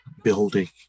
building